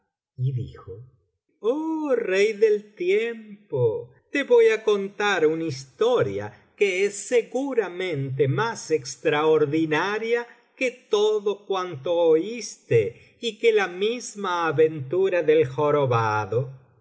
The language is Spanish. y dijo oh rey del tiempo te voy á contar una historia que es seguramente más extraordinaria que todo cuanto oíste y que la misma aventura del jorobado